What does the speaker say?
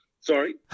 sorry